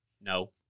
no